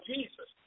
Jesus